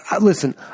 listen